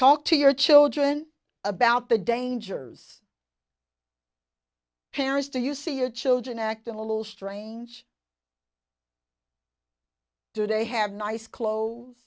talk to your children about the dangers paris to you see your children act a little strange do they have nice clothes